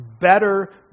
better